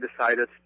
decided